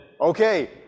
Okay